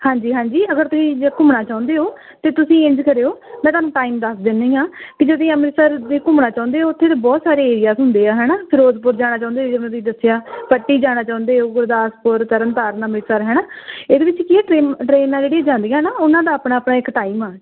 ਹਾਂਜੀ ਹਾਂਜੀ ਅਗਰ ਤੁਸੀਂ ਜੇ ਘੁੰਮਣਾ ਚਾਹੁੰਦੇ ਹੋ ਤਾਂ ਤੁਸੀਂ ਇੰਝ ਕਰਿਉ ਮੈਂ ਤੁਹਾਨੂੰ ਟਾਈਮ ਦੱਸ ਦਿੰਦੀ ਹਾਂ ਕਿ ਜੇ ਤੁਸੀਂ ਅੰਮ੍ਰਿਤਸਰ ਵੀ ਘੁੰਮਣਾ ਚਾਹੁੰਦੇ ਹੋ ਉੱਥੇ ਦੇ ਬਹੁਤ ਸਾਰੇ ਏਰੀਆਜ਼ ਹੁੰਦੇ ਆ ਹੈ ਨਾ ਫਿਰੋਜ਼ਪੁਰ ਜਾਣਾ ਚਾਹੁੰਦੇ ਜਿਵੇਂ ਤੁਸੀਂ ਦੱਸਿਆ ਪੱਟੀ ਜਾਣਾ ਚਾਹੁੰਦੇ ਹੋ ਗੁਰਦਾਸਪੁਰ ਤਰਨ ਤਾਰਨ ਅੰਮ੍ਰਿਤਸਰ ਹੈ ਨਾ ਇਹਦੇ ਵਿੱਚ ਕਿ ਟ੍ਰੇਨ ਟ੍ਰੇਨਾਂ ਜਿਹੜੀਆਂ ਜਾਂਦੀਆਂ ਨਾ ਉਹਨਾਂ ਦਾ ਆਪਣਾ ਇੱਕ ਟਾਈਮ ਆ